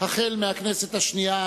החל מהכנסת השנייה,